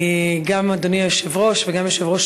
גם אדוני היושב-ראש וגם יושב-ראש